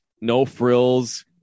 no-frills